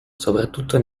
soprattutto